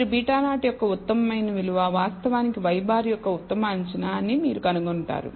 మీరు β0 యొక్క ఉత్తమ విలువ వాస్తవానికి y̅ యొక్క ఉత్తమ అంచనా అని మీరు కనుగొంటారు